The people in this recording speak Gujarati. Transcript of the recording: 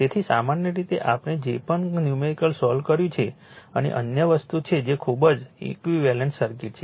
તેથી સામાન્ય રીતે આપણે જે કંઈપણ ન્યૂમેરિકલ સોલ્વ કર્યું છે અને અન્ય વસ્તુ છે જે ખૂબ જ ઈક્વિવેલન્ટ સર્કિટ છે